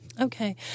Okay